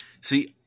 See